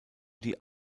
die